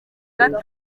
gatuza